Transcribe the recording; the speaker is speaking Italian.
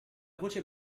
voce